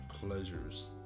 pleasures